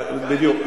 בדיוק.